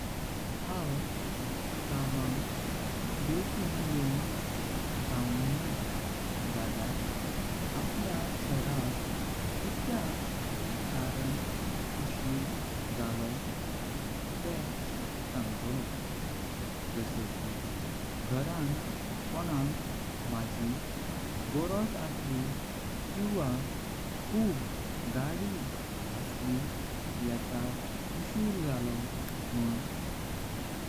हांव कामाक बगीन योंक जाउंगण झाल्यार आपल्या सिराक कित्याक कारणां। उशीर जलो तेह सांगतलो जैसे कि घरां कोणाक माजी गरोज। आसली किवा खूप गाडी आसली येता उशीर जलो मुन।